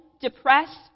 depressed